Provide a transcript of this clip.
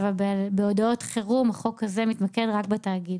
אבל בהודעות חירום החוק הזה מתמקד רק בתאגיד.